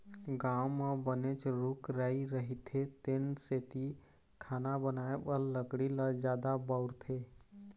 गाँव म बनेच रूख राई रहिथे तेन सेती खाना बनाए बर लकड़ी ल जादा बउरथे